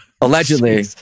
allegedly